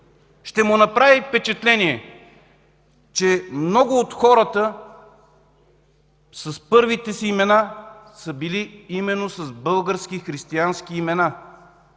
ще му направи впечатление, че на много от хората първите имена са били именно български, християнски имена.